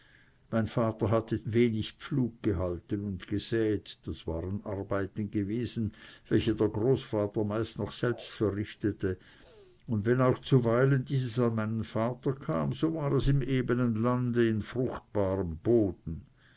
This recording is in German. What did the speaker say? mein vater hatte wenig pflug gehalten und gesäet das waren arbeiten gewesen welche der großvater meist noch selbst verrichtete und wenn auch zuweilen dieses an meinen vater kam so war es im ebenen lande in fruchtbarem boden